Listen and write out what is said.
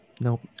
Nope